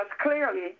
clearly